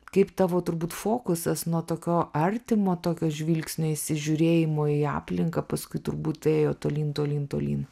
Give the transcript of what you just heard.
kaip tavo turbūt fokusas nuo tokio artimo tokio žvilgsnio įsižiūrėjimo į aplinką paskui turbūt ėjo tolyn tolyn tolyn